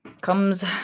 comes